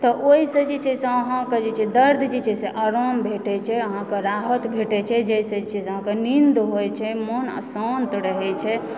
तऽ ओहिसँ जे छै से अहाँकेँ दर्द जे छै से आराम भेटए छै अहाँकेँ राहत भेटए छै जाहिसँ जे छै अहाँकेँ निन्द होइत छै मोन शान्त रहैत छै